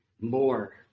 more